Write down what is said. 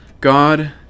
God